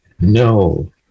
no